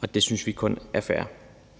og det synes vi kun er fair.